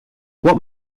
what